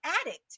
addict